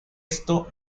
esto